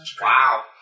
Wow